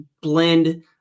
blend